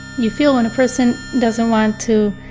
you feel when a person doesn't want to